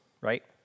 right